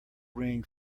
ring